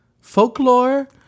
folklore